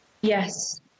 Yes